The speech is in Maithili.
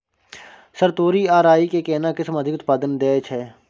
सर तोरी आ राई के केना किस्म अधिक उत्पादन दैय छैय?